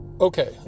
okay